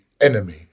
enemy